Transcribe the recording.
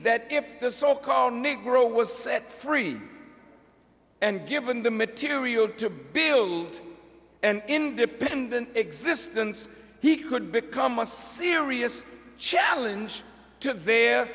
that if the so called negro was set free and given the material to build an independent existence he could become a serious challenge t